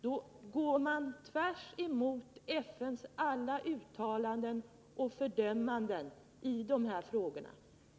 Då går man tvärtemot FN:s alla uttalanden och fördömanden i dessa frågor.